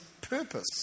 purpose